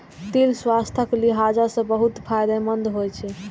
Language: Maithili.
तिल स्वास्थ्यक लिहाज सं बहुत फायदेमंद होइ छै